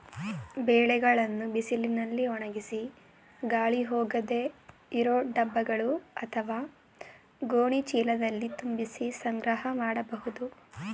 ಬೆಳೆಗಳನ್ನು ಬಿಸಿಲಿನಲ್ಲಿ ಒಣಗಿಸಿ ಗಾಳಿ ಹೋಗದೇ ಇರೋ ಡಬ್ಬಗಳು ಅತ್ವ ಗೋಣಿ ಚೀಲದಲ್ಲಿ ತುಂಬಿಸಿ ಸಂಗ್ರಹ ಮಾಡ್ಬೋದು